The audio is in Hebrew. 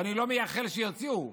ואני לא מייחל שיוציאו,